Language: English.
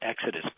exodus